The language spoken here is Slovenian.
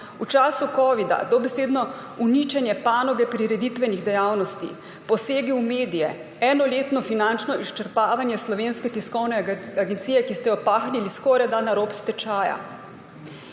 V času covida dobesedno uničenje panoge prireditvenih dejavnosti, posegi v medije, enoletno finančno izčrpavanje Slovenske tiskovne agencije, ki ste jo pahnili skorajda na rob stečaja.